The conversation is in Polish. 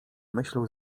myślał